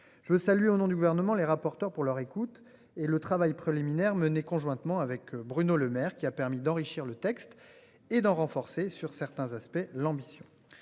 Je veux saluer au nom du gouvernement, les rapporteurs pour leur écoute et le travail préliminaire menée conjointement avec Bruno Lemaire qui a permis d'enrichir le texte et d'en renforcer sur certains aspects, l'ambition,